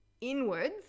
inwards